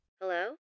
hello